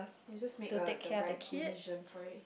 you just make a the right decision for it